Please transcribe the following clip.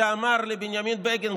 שאמר למנחם בגין,